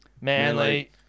Manly